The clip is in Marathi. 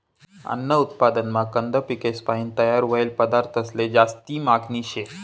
अन्न उत्पादनमा कंद पिकेसपायीन तयार व्हयेल पदार्थंसले जास्ती मागनी शे